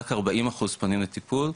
רק 40 אחוז פונים לטיפול,